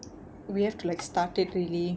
we have to like start it really